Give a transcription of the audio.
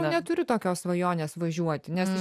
neturiu tokios svajonės važiuoti nes